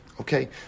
Okay